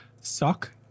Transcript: sock